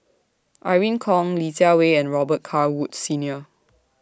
Irene Khong Li Jiawei and Robet Carr Woods Senior